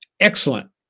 excellent